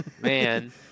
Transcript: man